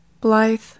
Blythe